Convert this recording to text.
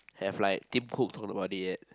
have like Tim-Cook talked about it yet